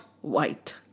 white